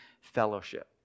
fellowship